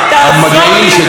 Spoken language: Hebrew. אתה לא יהודי יותר ממני,